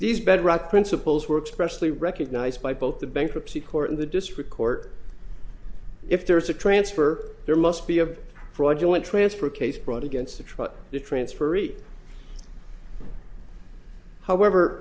these bedrock principles work specially recognized by both the bankruptcy court and the district court if there is a transfer there must be a fraudulent transfer case brought against the trial the transferee however